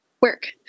Work